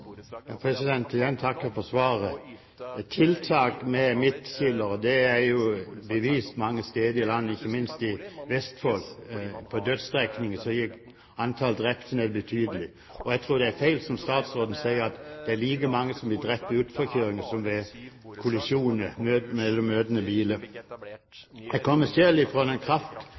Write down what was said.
igjen takke for svaret. Tiltak med midtskillere har mange steder i landet vist seg effektivt, ikke minst i Vestfold – på dødsstrekningen – gikk antallet drepte betydelig ned. Jeg tror det som statsråden sier, at det er like mange som blir drept i utforkjøringer som ved kollisjoner mellom møtende biler, er feil. Jeg